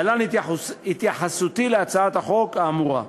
להלן התייחסותי להצעת החוק האמורה: